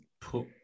put